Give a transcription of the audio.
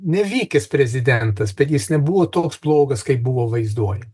nevykęs prezidentas bet jis nebuvo toks blogas kaip buvo vaizduoja